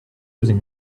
using